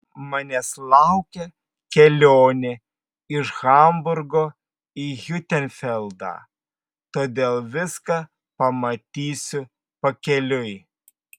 manęs laukia kelionė iš hamburgo į hiutenfeldą todėl viską pamatysiu pakeliui